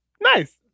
nice